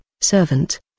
Servant